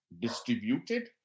distributed